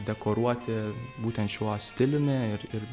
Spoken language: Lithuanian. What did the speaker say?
dekoruoti būtent šiuo stiliumi ir ir